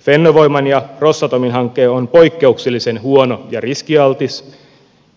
fennovoiman ja rosatomin hanke on poikkeuksellisen huono ja riskialtis